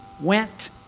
went